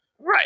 Right